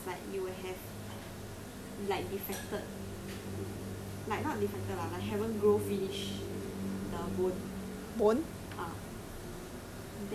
then thalassemia right got this symptom is like you will have like defected like not defected lah like haven't grow finish the bone